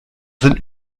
sind